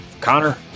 Connor